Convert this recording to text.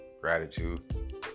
gratitude